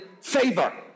favor